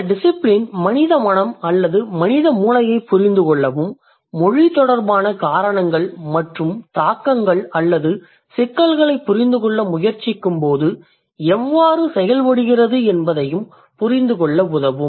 இந்த டிசிபிலின் மனித மனம் அல்லது மனித மூளையைப் புரிந்துகொள்ளவும் மொழி தொடர்பான காரணங்கள் மற்றும் தாக்கங்கள் அல்லது சிக்கல்களைப் புரிந்துகொள்ள முயற்சிக்கும்போது எவ்வாறு செயல்படுகிறது என்பதையும் புரிந்து கொள்ள உதவும்